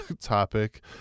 topic